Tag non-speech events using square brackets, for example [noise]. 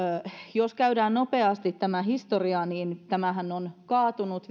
jos käydään nopeasti tämä historia niin tämähän on kaatunut [unintelligible]